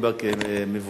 אבל